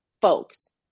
folks